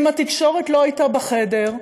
אם התקשורת לא הייתה בחדר,